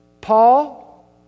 Paul